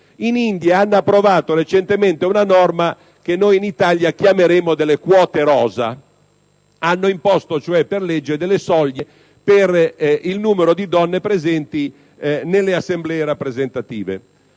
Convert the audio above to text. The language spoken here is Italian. dove hanno approvato recentemente una norma che in Italia chiameremmo «delle quote rosa»: hanno imposto per legge delle soglie per il numero di donne presenti nelle assemblee rappresentative.